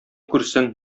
күрсен